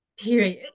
period